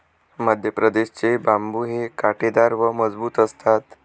मध्यप्रदेश चे बांबु हे काटेदार व मजबूत असतात